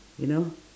you know